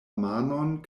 manon